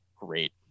great